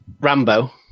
Rambo